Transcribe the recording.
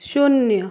शून्य